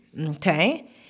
Okay